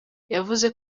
yavuze